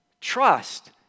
Trust